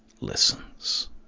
listens